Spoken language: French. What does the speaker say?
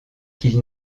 qu’ils